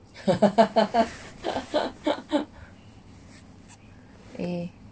ya